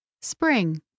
Spring